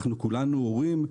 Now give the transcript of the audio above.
אנחנו כולנו הורים,